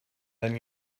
than